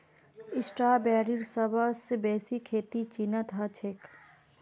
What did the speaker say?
स्ट्रॉबेरीर सबस बेसी खेती चीनत ह छेक